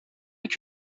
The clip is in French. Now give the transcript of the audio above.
avec